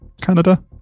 Canada